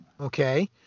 Okay